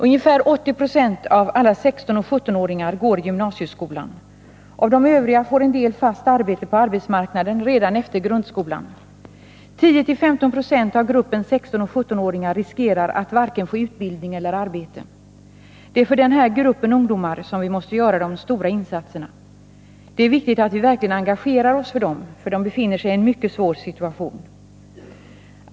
Ungefär 80 96 av alla 16 och 17-åringar går i gymnasieskolan. Av de övriga får en del fast arbete på arbetsmarknaden redan efter grundskolan. 10-15 96 av gruppen 16 och 17-åringar riskerar att få varken utbildning eller arbete. Det är för den här gruppen ungdomar som vi måste göra de stora insatserna. Det är viktigt att vi verkligen engagerar oss för de här ungdomarna, för de befinner sig i en mycket svår situation.